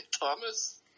Thomas